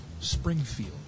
Springfield